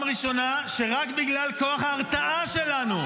אז תבטל את ההסכם.